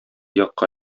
якка